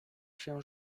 się